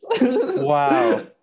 Wow